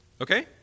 Okay